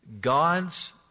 God's